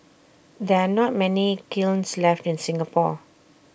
there are not many kilns left in Singapore